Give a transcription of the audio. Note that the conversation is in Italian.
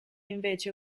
invece